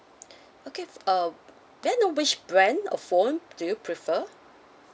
okay uh may I know which brand of phone do you prefer